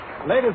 Ladies